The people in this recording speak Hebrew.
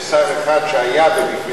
זה שר אחד שהיה במפלגת,